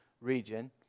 region